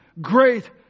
great